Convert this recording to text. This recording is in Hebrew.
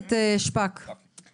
הכנסת שפק רוצה לשאול שאלה.